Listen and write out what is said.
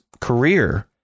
career